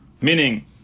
meaning